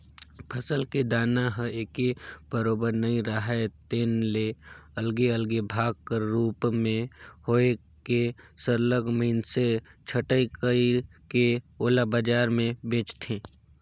फसल के दाना ह एके बरोबर नइ राहय तेन ले अलगे अलगे भाग कर रूप में होए के सरलग मइनसे छंटई कइर के ओला बजार में बेंचथें